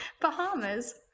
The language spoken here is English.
Bahamas